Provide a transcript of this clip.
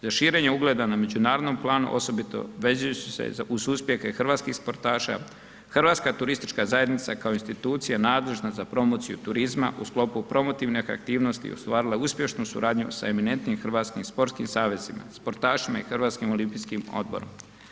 Z aširenje ugleda na međunarodnom planu osobito vežući se uz uspjehe hrvatskih sportaša, Hrvatska turistička zajednica kao institucija nadležna za promociju turizma u sklopu promotivnih aktiovnosti ostvarila je uspješnu suradnju sa eminentnim hrvatskim sportskim savezima, sportašima i Hrvatskim olimpijskim odborom.